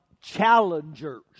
challengers